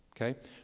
okay